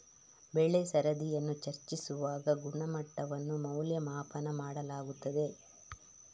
ಬೆಳೆ ಸರದಿಯನ್ನು ಚರ್ಚಿಸುವಾಗ ಗುಣಮಟ್ಟವನ್ನು ಮೌಲ್ಯಮಾಪನ ಮಾಡಲಾಗುತ್ತದೆ